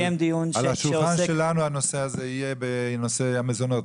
אבל על השולחן שלנו הנושא הזה יהיה בנושא המזונות,